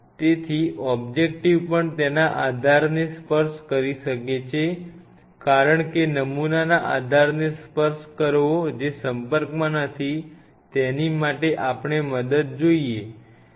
તેથી ઓબ્જેક્ટિવ પણ તેના આધારને સ્પર્શ કરી શકે છે કારણ કે નમૂનાના આધારને સ્પર્શ કરવો જે સંપર્કમાં નથી તેની માટે આપણે મદદ જોઇશે